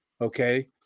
Okay